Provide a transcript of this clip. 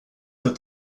that